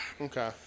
Okay